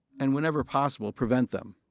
and whenever possible prevent them.